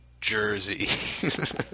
Jersey